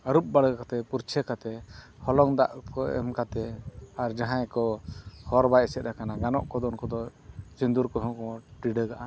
ᱟᱹᱨᱩᱵ ᱵᱟᱲᱟ ᱠᱟᱛᱮᱫ ᱯᱩᱲᱪᱷᱟᱹ ᱠᱟᱛᱮᱫ ᱦᱚᱞᱚᱝ ᱫᱟᱜ ᱠᱚ ᱮᱢ ᱠᱟᱛᱮᱫ ᱟᱨ ᱡᱟᱦᱟᱸᱭ ᱠᱚ ᱦᱚᱨ ᱵᱟᱭ ᱮᱥᱮᱫ ᱟᱠᱟᱱᱟ ᱜᱟᱱᱚᱜ ᱠᱚᱫᱚ ᱩᱱᱠᱩ ᱫᱚ ᱥᱤᱸᱫᱩᱨ ᱠᱚᱦᱚᱸ ᱠᱚ ᱴᱤᱰᱟᱹᱜᱟᱜᱼᱟ